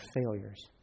failures